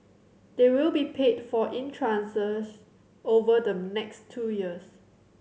they will be paid for in tranches over the next two years